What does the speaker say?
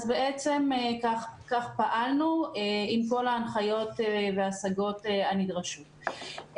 כך פעלנו עם כל ההנחיות וההשגות הנדרשות.